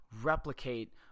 replicate